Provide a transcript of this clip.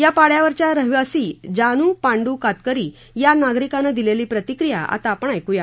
या पाड्यावरच्या रहिवासी जानू पांड्र कातकरी या नागरिकानं दिलेली प्रतिक्रिया आता आपण ऐकूया